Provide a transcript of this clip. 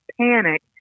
panic